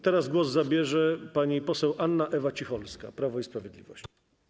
Teraz głos zabierze pani poseł Anna Ewa Cicholska, Prawo i Sprawiedliwość.